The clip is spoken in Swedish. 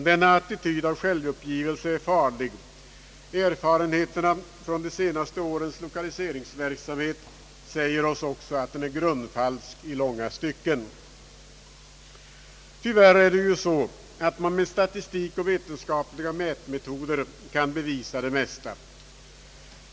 Denna attityd av självuppgivelse är farlig. Erfarenheterna från de senaste årens lokaliseringsverksamhet säger oss också att den är grundfalsk i långa stycken. Tyvärr är det ju så, att man med statistik och vetenskapliga mätmetoder kan bevisa det mesta.